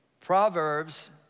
Proverbs